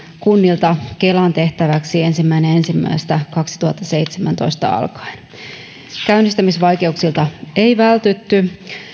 kunnilta kelan tehtäväksi ensimmäinen ensimmäistä kaksituhattaseitsemäntoista alkaen käynnistämisvaikeuksilta ei vältytty